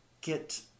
get